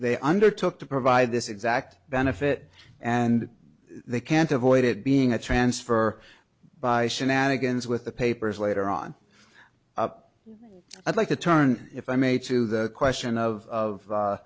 they undertook to provide this exact benefit and they can't avoid it being a transfer by shenanigans with the papers later on i'd like to turn if i may to the question of